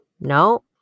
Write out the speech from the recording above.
No